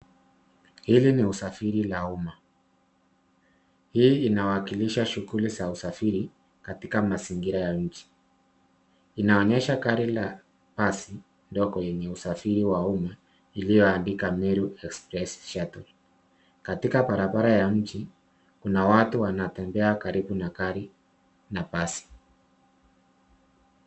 Hili ni usafiri wa umma. Hii inawakilisha shughuli za usafiri, katika mazingira ya mji. Inaonyesha gari la basi ndogo la usafiri wa umma, iliyoandikwa Meru Express Shuttle. Katika barabara la mji, kuna watu wanaotembea karibu na gari na basi.